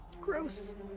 Gross